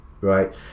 right